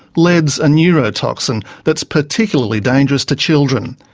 lead's a neurotoxin that's particularly dangerous to children.